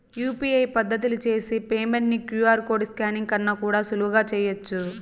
UPI పద్దతిల చేసి payment ని క్యూ.ఆర్ కోడ్ స్కానింగ్ కన్నా కూడా సులువుగా చేయచ్చు